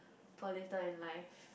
for later in life